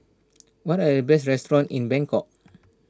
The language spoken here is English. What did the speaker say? what are the best restaurants in Bangkok